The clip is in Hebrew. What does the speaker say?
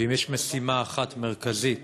ואם יש משימה אחת מרכזית